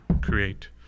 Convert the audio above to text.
create